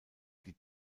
die